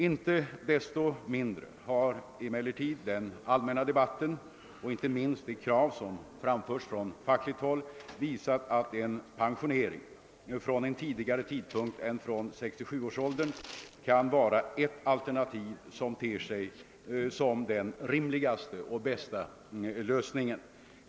Inte desto mindre har emellertid den allmänna debatten — och inte minst de krav som framförts från fackligt håll — visat att en pensionering från en tidigare tidpunkt än från 67-årsåldern kan vara ett alternativ som ter sig som den rimligaste och bästa lösningen.